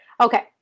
Okay